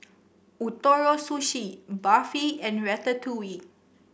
Ootoro Sushi Barfi and Ratatouille